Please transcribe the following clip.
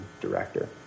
director